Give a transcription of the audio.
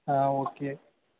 ஆ okay